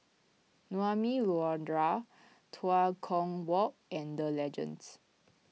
Naumi Liora Tua Kong Walk and Legends